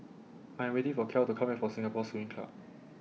I Am waiting For Kiel to Come Back from Singapore Swimming Club